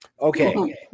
Okay